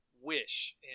wish